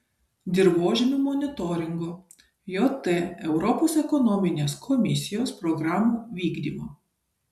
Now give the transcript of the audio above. dirvožemių monitoringo jt europos ekonominės komisijos programų vykdymo